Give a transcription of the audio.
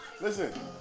Listen